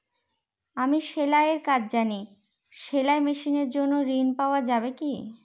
আমি সেলাই এর কাজ জানি সেলাই মেশিনের জন্য ঋণ পাওয়া যাবে কি?